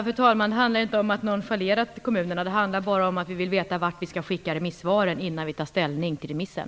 Fru talman! Det handlar inte om att nonchalera kommunerna, utan det handlar bara om att vi vill veta vart vi skall skicka remissvaren innan vi tar ställning till remissen.